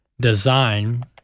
design